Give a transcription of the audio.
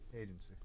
Agency